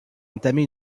entamé